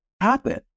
happen